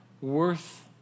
worth